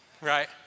right